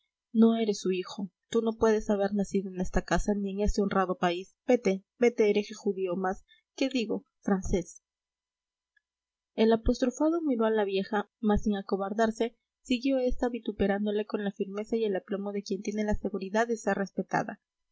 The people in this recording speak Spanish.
no eres su hijo tú no puedes haber nacido en esta casa ni en este honrado país vete vete hereje judío mas qué digo francés el apostrofado miró a la vieja mas sin acobardarse siguió esta vituperándole con la firmeza y el aplomo de quien tiene la seguridad de ser respetada